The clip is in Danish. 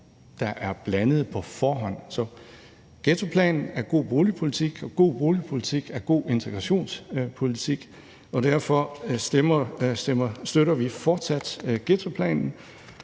der er blandet på forhånd. Så ghettoplanen er god boligpolitik, og god boligpolitik er god integrationspolitik, og derfor støtter vi fortsat ghettoplanen,